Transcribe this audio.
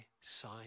side